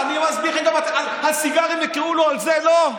על סיגרים יקראו לו ועל זה לא?